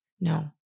No